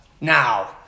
Now